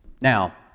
Now